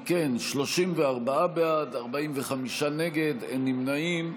אם כן, 34 בעד, 45 נגד, אין נמנעים.